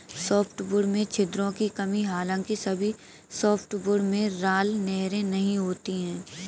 softwood में छिद्रों की कमी हालांकि सभी सॉफ्टवुड में राल नहरें नहीं होती है